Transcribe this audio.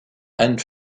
and